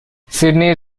sydney